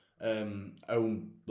own